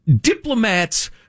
diplomats